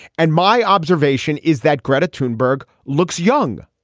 and my observation is that credit tune berg looks young.